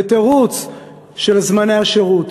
בתירוץ של זמני השירות.